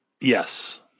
Yes